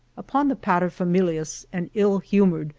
upon the paterfamilias, an ill humored,